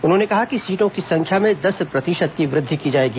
उन्होंने कहा कि सीटों की संख्या में दस प्रतिशत की वृद्धि की जाएगी